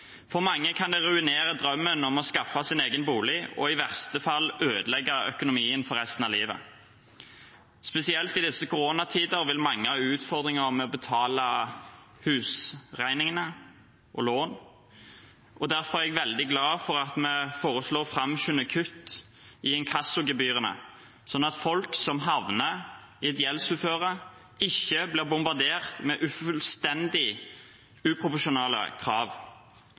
for dem på sikt. For mange kan det ruinere drømmen om å skaffe seg sin egen bolig og i verste fall ødelegge økonomien for resten av livet. Spesielt i disse koronatider vil mange ha utfordringer med å betale husregninger og lån, og derfor er jeg veldig glad for at vi foreslår å framskynde kutt i inkassogebyrene, slik at folk som havner i et gjeldsuføre, ikke blir bombardert med fullstendig uproporsjonale krav.